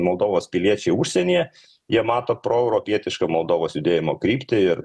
moldovos piliečiai užsienyje jie mato proeuropietišką moldovos judėjimo kryptį ir